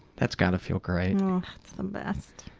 that's gotta feel great. that's the best.